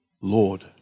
Lord